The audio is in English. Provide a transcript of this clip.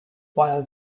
while